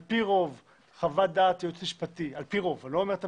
על פי רוב חוות דעת יועץ משפטי על פי רוב,